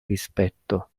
rispetto